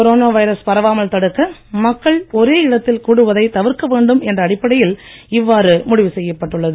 corona virus பரவாமல் தடுக்க மக்கள் ஒரே இடத்தில் கூடுவதைத் தவிர்க்கவேண்டும் என்ற அடிப்படையில் இவ்வாறு முடிவு செய்யப் பட்டுள்ளது